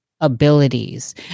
abilities